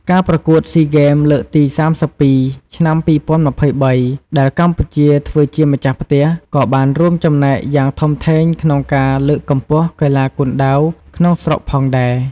ការប្រកួតស៊ីហ្គេម លើកទី៣២ ឆ្នាំ២០២៣ ដែលកម្ពុជាធ្វើជាម្ចាស់ផ្ទះ ក៏បានរួមចំណែកយ៉ាងធំធេងក្នុងការលើកកម្ពស់កីឡាគុនដាវក្នុងស្រុកផងដែរ។